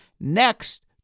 next